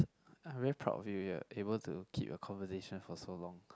I very proud of you you are able to keep your conversation for so long